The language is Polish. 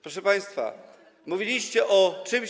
Proszę państwa, mówiliście o czymś.